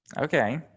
Okay